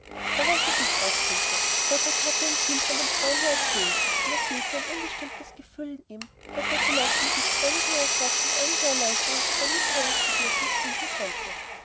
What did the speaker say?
er wollte dick aufsuchen cedrik hatte ihm viel von dem freunde erzählt und es lebte ein unbestimmtes gefühl in ihm daß er vielleicht in dick einigen ersatz und einige erleichterung für sein mitteilungsbedürfnis finden konnte